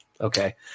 Okay